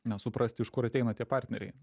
na suprasti iš kur ateina tie partneriai